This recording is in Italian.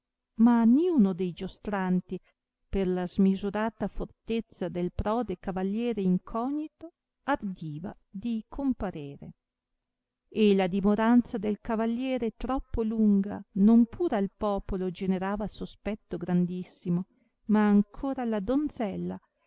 ma niuno dei giostranti per la smisurata fortezza del prode cavaliere incognito ardiva di comparere e la dimoranza del cavaliere troppo lunga non pur al popolo generava sospetto grandissimo ma ancora alla donzella